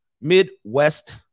Midwest